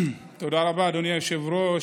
תודה רבה, אדוני היושב-ראש.